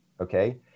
okay